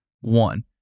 One